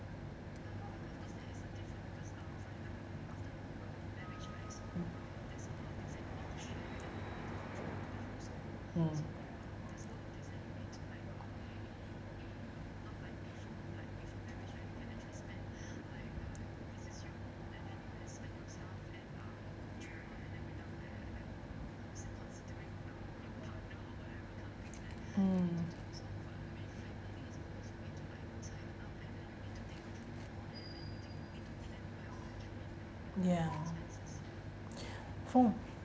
mm mm mm ya for